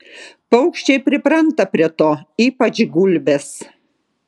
paukščiai pripranta prie to ypač gulbės